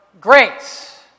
grace